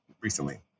recently